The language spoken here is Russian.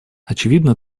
очевидно